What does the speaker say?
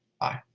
Bye